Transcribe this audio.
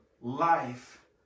life